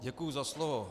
Děkuji za slovo.